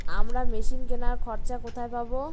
আমরা মেশিন কেনার খরচা কোথায় পাবো?